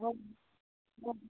हो हो